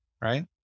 right